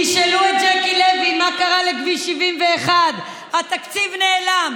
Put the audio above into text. תשאלו את ז'קי לוי מה קרה לכביש 71. התקציב נעלם.